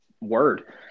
word